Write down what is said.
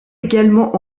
également